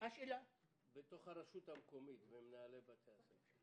בתוך הרשות המקומית במנהלי בתי הספר.